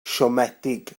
siomedig